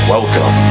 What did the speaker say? Welcome